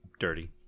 dirty